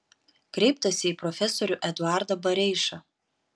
kreiptasi į profesorių eduardą bareišą